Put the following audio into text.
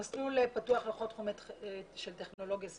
המסלול פתוח לטכנולוגיית סביבה,